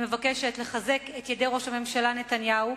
אני מבקשת לחזק את ידי ראש הממשלה נתניהו,